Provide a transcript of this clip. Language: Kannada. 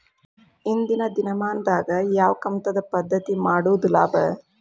ಇಂದಿನ ದಿನಮಾನದಾಗ ಯಾವ ಕಮತದ ಪದ್ಧತಿ ಮಾಡುದ ಲಾಭ?